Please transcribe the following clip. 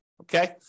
okay